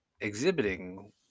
exhibiting